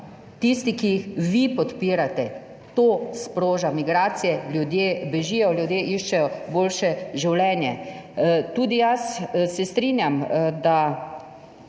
tisti, ki jih vi podpirate, to sproža migracije, ljudje bežijo, ljudje iščejo boljše življenje. Tudi jaz se strinjam, da